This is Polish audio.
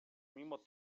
mimo